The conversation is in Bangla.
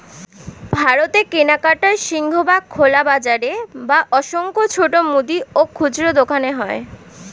ভারতে কেনাকাটার সিংহভাগ খোলা বাজারে বা অসংখ্য ছোট মুদি ও খুচরো দোকানে হয়